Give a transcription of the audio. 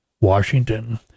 Washington